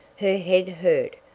her head hurt,